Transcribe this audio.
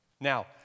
Now